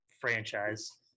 franchise